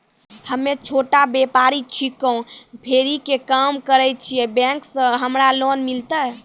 हम्मे छोटा व्यपारी छिकौं, फेरी के काम करे छियै, बैंक से हमरा लोन मिलतै?